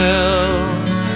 else